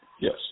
Yes